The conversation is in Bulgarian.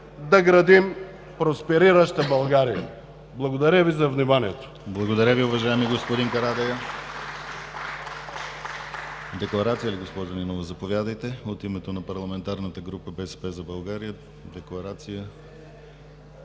да градим просперираща България. Благодаря Ви за вниманието.